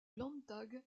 landtag